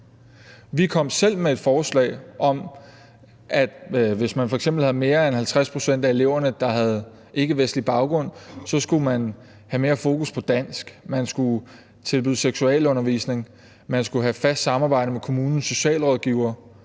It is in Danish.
Vi kom selv med et forslag om, at hvis f.eks. mere end 50 pct. af eleverne havde ikkevestlig baggrund, så skulle man have mere fokus på dansk, man skulle tilbyde seksualundervisning, man skulle have fast samarbejde med kommunens socialrådgivere,